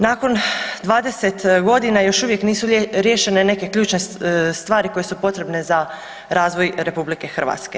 Nakon 20 godina još uvijek nisu riješene neke ključne stvari koje su potrebne za razvoj RH.